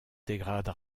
dégrade